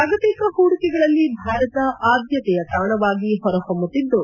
ಜಾಗತಿಕ ಹೂಡಿಕೆಗಳಲ್ಲಿ ಭಾರತ ಆದ್ದತೆಯ ತಾಣವಾಗಿ ಹೊರಹೊಮ್ಮುತ್ತಿದ್ದು